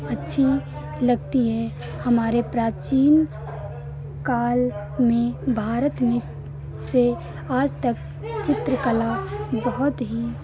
अच्छी लगती है हमारे प्राचीन काल में भारत में से आज तक चित्रकला बहुत ही